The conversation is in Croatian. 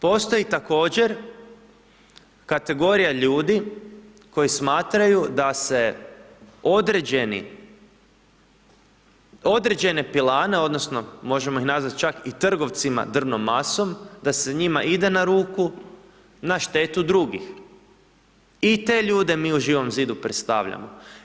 Postoji također kategorija ljudi koji smatraju da se određeni, određene pilane odnosno možemo ih nazvati čak i trgovcima drvnom masom, da se njima ide na ruku na štetu drugih i te ljude mi u Živom zidu predstavljamo.